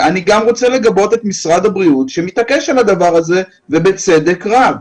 אני גם רוצה לגבות את משרד הבריאות שמתעקש על הדבר הזה ובצדק רב.